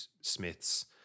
Smith's